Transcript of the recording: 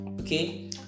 Okay